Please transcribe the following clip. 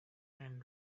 and